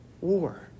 war